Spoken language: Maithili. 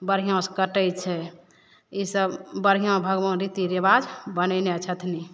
बढ़िऑंसॅं कटै छै इसब बढ़िऑं भगवान रीतिरेबाज बनैने छथिन